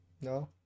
no